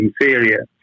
inferior